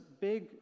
big